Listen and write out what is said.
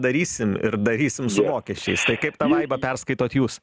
darysim ir darysim su mokesčiais tai kaip tą vaibą perskaitot jūs